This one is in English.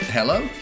Hello